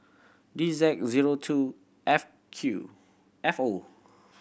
D Z zero two F Q F O